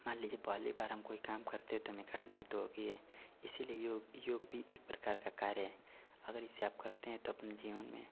मान लीजिए पहली बार हम कोई काम करते हैं तो कठिनाई तो होगी ही इसलिए योग योग भी एक प्रकार का कार्य है अगर इसे आप करते हैं तो अपने जीवन में